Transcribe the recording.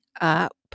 up